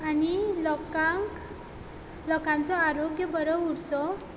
आनी लोकांक लोकांचो आरोग्य बरो उरचो